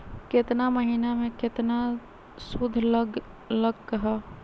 केतना महीना में कितना शुध लग लक ह?